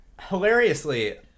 Hilariously